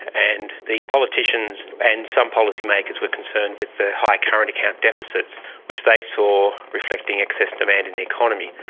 and the politicians and some policymakers were concerned with the high current account deficits which they saw reflecting excess demand in the economy.